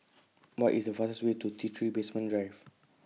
What IS The fastest Way to T three Basement Drive